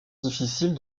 difficile